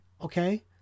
Okay